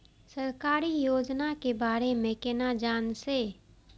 सरकारी योजना के बारे में केना जान से?